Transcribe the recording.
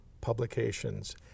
publications